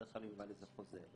בדרך כלל ילווה לזה חוזה,